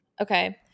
Okay